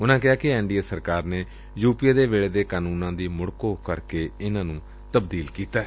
ਉਨੂਾ ਕਿਹਾ ਕਿ ਐਨ ਡੀ ਏ ਸਰਕਾਰ ਨੇ ਯੁ ਪੀ ਏ ਦੇ ਵੇਲੇ ਦੇ ਕਾਨੁੰਨਾਂ ਦੀ ਮੁੜ ਘੋਖ ਕਰਕੇ ਇਨਾਂ ਨੁੰ ਤਬਦੀਲ ਕੀਤੈ